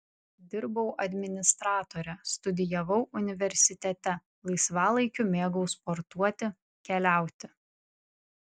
dirbau administratore studijavau universitete laisvalaikiu mėgau sportuoti keliauti